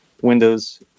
Windows